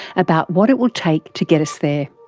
about what it will take to get us there.